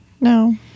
No